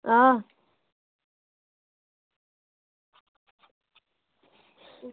आं